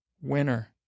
winner